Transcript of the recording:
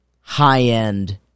high-end